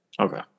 Okay